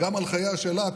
גם על חייה שלה,